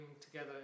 together